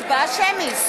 הצבעה שמית.